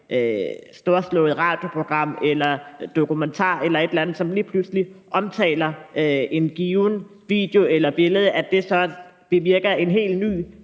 radioprogram, en dokumentar eller noget andet, som lige pludselig omtaler en given video eller et givent billede, og det så bevirker en helt ny